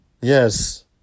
yes